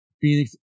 Phoenix